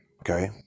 Okay